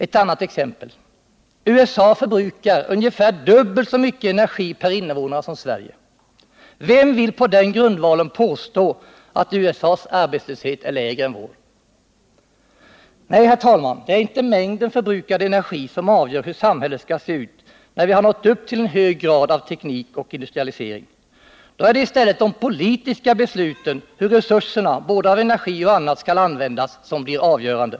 Ett annat exempel: USA förbrukar ungefär dubbelt så mycket energi per innevånare som Sverige. Vem vill på den grundvalen påstå att USA:s arbeslöshet är lägre än vår? Nej, herr talman, det är inte mängden förbrukad energi som avgör hur samhället skall se ut när vi nått upp till en hög grad av teknik och industrialisering. Då är det i stället de politiska besluten om hur resurserna — av både energi och annat — skall användas som blir avgörande.